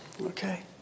Okay